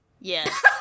Yes